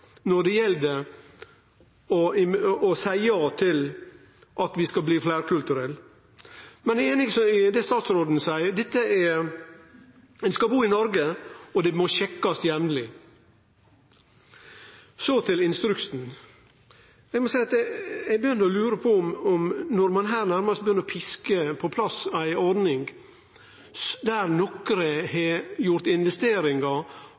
når det gjeld å seie ja til at vi skal bli fleirkulturelle. Men eg er einig i det statsråden seier. Ein skal bu i Noreg, og det må sjekkast jamleg. Så til instruksen: Her begynner ein nærmast å piske på plass ei ordning der nokre har gjort investeringar